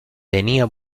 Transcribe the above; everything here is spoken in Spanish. tenía